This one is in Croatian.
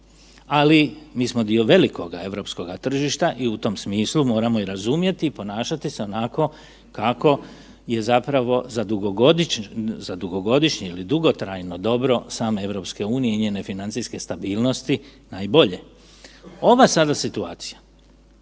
ali mi smo dio velikoga europskoga tržišta i u tom smislu moramo i razumjeti i ponašati se onako kako je zapravo za dugogodišnje ili dugotrajno dobro same EU i njene financijske stabilnosti najbolje. Ova sada situacija